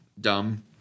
dumb